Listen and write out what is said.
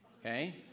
Okay